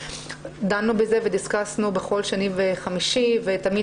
דנו בזה ודסקסנו בכל שני וחמישי ותמיד